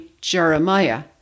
jeremiah